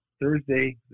Thursday